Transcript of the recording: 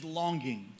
longing